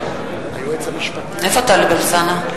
(קוראת בשמות חברי הכנסת) איפה טלב אלסאנע?